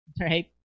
right